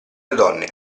donne